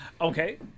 Okay